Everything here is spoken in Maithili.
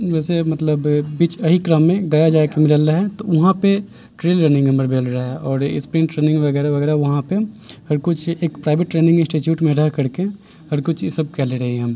वैसे मतलब बीच एहि क्रममे गया जायके मिलल रहय तऽ वहाँपे ट्रेल रनिंग हमर भेल रहए आओर स्प्रिंट रनिंग वगैरह वगैरह वहाँ पे आओर किछु एक प्राइवेट ट्रेनिंग इंस्टिच्यूटमे रहि करके आओर किछु ईसभ कयने रही हम